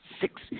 six